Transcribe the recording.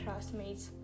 classmates